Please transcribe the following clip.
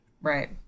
Right